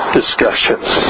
discussions